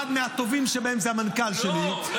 אחד מהטובים שבהם הוא המנכ"ל שלי -- לא,